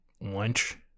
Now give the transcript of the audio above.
lunch